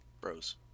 Bros